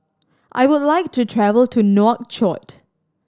I would like to travel to Nouakchott